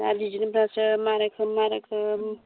दा डिजाइनफ्रासो मा रोखोम मा रोखोम